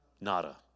Nada